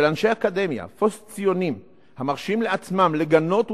אנשי אקדמיה פוסט-ציונים המרשים לעצמם לגנות,